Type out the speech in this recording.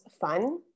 fun